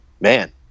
man